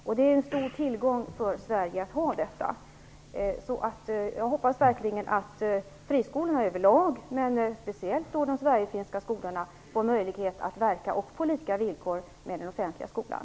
Detta är en stor tillgång för Sverige, så jag hoppas verkligen att friskolorna över lag men speciellt de sverigefinska skolorna får möjlighet att verka, på samma villkor som den offentliga skolan.